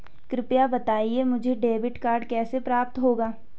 कृपया बताएँ मुझे डेबिट कार्ड कैसे प्राप्त होगा?